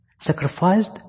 sacrificed